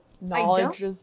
knowledge